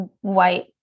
White